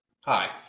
Hi